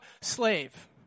slave